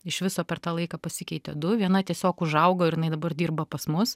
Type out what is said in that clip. iš viso per tą laiką pasikeitė du viena tiesiog užaugo ir dabar dirba pas mus